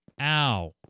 Ow